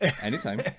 Anytime